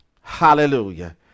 hallelujah